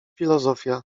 filozofia